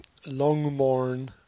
Longmorn